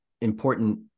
important